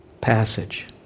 passage